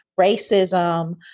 racism